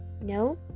no